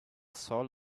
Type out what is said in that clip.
soul